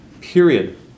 period